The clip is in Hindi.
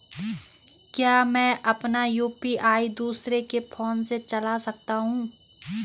क्या मैं अपना यु.पी.आई दूसरे के फोन से चला सकता हूँ?